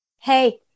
hey